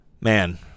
man